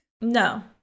no